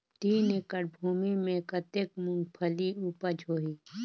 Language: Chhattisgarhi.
तीन एकड़ भूमि मे कतेक मुंगफली उपज होही?